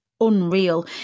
unreal